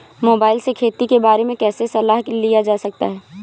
Mobile से खेती के बारे कैसे सलाह लिया जा सकता है?